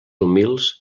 humils